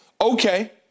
okay